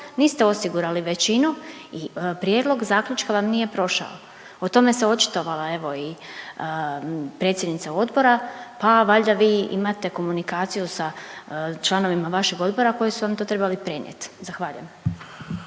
niste osigurali većinu i prijedlog zaključka vam nije prošao. O tome se očitovala evo i predsjednica odbora, pa valjda vi imate komunikaciju sa članovima vašeg odbora koji su vam to trebali prenijet, zahvaljujem.